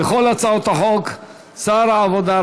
כל הצעות החוק שר העבודה,